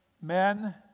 men